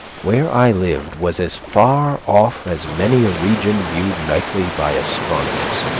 where i lived was as far off as many a region viewed nightly by astronomers.